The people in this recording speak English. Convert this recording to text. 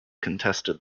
contested